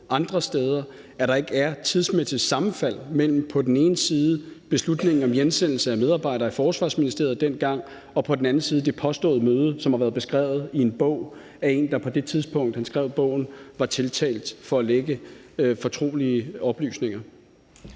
andre steder, at der ikke er tidsmæssigt sammenfald mellem på den ene side beslutningen om hjemsendelse af medarbejdere i Forsvarsministeriet dengang og på den anden side det påståede møde, som har været beskrevet i en bog af en, der på det tidspunkt, han skrev bogen, var tiltalt for at lække fortrolige oplysninger.